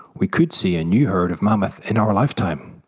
we could see a new herd of mammoths in our lifetime,